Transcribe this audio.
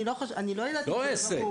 אני לא יודעת אם זה ברור.